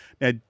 Now